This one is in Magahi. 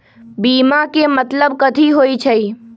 बीमा के मतलब कथी होई छई?